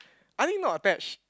I think not attach